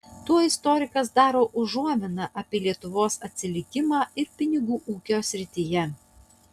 tuo istorikas daro užuominą apie lietuvos atsilikimą ir pinigų ūkio srityje